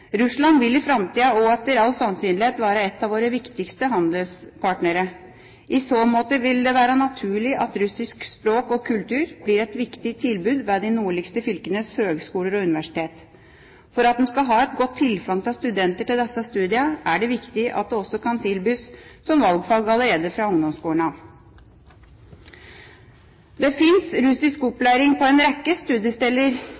Russland vil i framtida også etter all sannsynlighet være en av våre viktigste handelspartnere. I så måte vil det være naturlig at russisk språk og kultur blir et viktig tilbud ved de nordligste fylkenes høgskoler og universitet. For at en skal ha et godt tilfang av studenter til disse studiene, er det viktig at det også kan tilbys som valgfag allerede i ungdomsskolen. Det finnes russisk